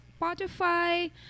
Spotify